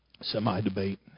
semi-debate